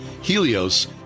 Helios